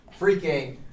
freaking